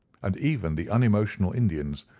and even the unemotional indians,